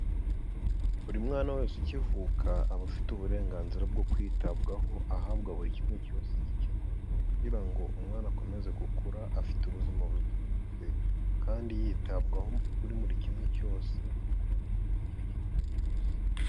Buri mwana wese ukivuka, aba afite uburenganzira bwo kwitabwaho, ahabwa buri kimwe cyose gikenewe kugira ngo umwana akomeze gukura afite ubuzima buzira umuze, kandi yitabwaho muri buri kimwe cyose akora icyo akeneye cyose.